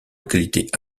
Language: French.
localités